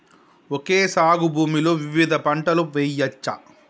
Okay సాగు భూమిలో వివిధ పంటలు వెయ్యచ్చా?